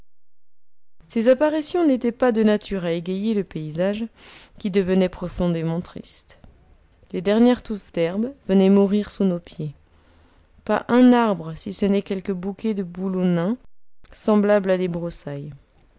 ces apparitions n'étaient pas de nature è égayer le paysage qui devenait profondément triste les dernières touffes d'herbes venaient mourir sous nos pieds pas un arbre si ce n'est quelques bouquets de bouleaux nains semblables à des broussailles